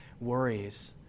worries